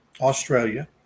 australia